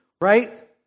right